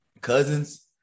Cousins